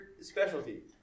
specialty